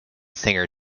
singer